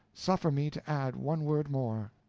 suffer me to add one word more.